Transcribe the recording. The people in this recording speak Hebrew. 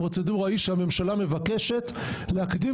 הפרוצדורה היא שהממשלה מבקשת להקדים